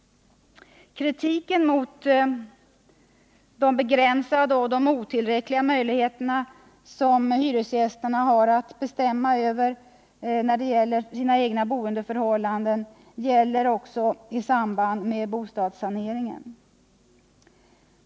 Kritiken mot de begränsade och otillräckliga möjligheterna för hyresgästerna att bestämma över sina egna boendeförhållanden gäller också i samband med bostadssanering.